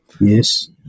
Yes